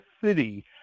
city